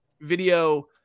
video